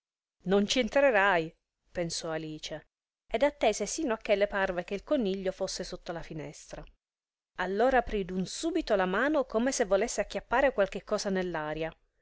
non ci entrerai pensò alice ed attese sino a che le parve che il coniglio fosse sotto la finestra allora aprì d'un subito la mano come se volesse acchiappare qualche cosa nell'aria